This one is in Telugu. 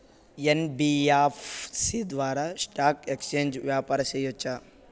యన్.బి.యఫ్.సి ద్వారా స్టాక్ ఎక్స్చేంజి వ్యాపారం సేయొచ్చా?